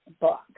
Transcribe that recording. book